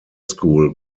school